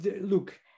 look